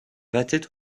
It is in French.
battait